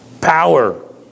Power